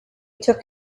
took